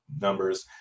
numbers